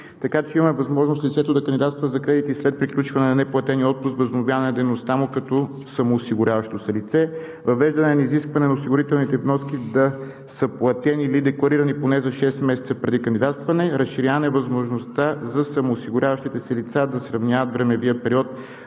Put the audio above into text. така че има възможност лицето да кандидатства за кредит и след приключване на неплатения отпуск до възобновяване на дейността му като самоосигуряващо се лице. Въвеждане на изискване осигурителните вноски да са платени или декларирани поне за 6 месеца преди кандидатстване разширява възможността за самоосигуряващите се лица да сравняват времевия период,